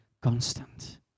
constant